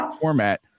format